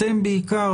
אתם בעיקר,